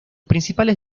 principales